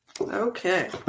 Okay